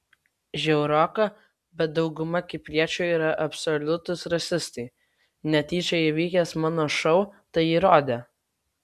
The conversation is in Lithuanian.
žiauroka bet dauguma kipriečių yra absoliutūs rasistai netyčia įvykęs mano šou tai įrodė